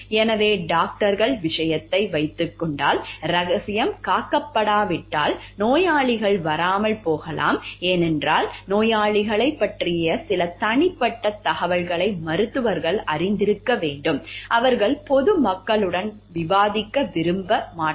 எனவே டாக்டர்கள் விஷயத்தில் வைத்துக்கொண்டால் ரகசியம் காக்கப்படாவிட்டால் நோயாளிகள் வராமல் போகலாம் ஏனென்றால் நோயாளிகளைப் பற்றிய சில தனிப்பட்ட தகவல்களை மருத்துவர்கள் அறிந்திருக்க வேண்டும் அவர்கள் பொது மக்களுடன் விவாதிக்க விரும்ப மாட்டார்கள்